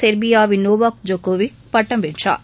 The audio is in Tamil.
செர்பியாவின் நோவாக் ஜோக்கோவிக் பட்டம் வென்றார்